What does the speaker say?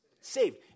Saved